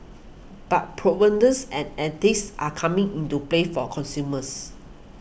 but provenance and ethics are coming into play for consumers